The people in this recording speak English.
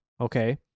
Okay